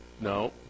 No